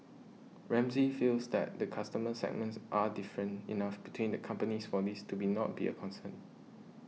Ramsay feels that the customer segments are different enough between the companies for this to not be a concern